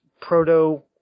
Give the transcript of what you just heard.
proto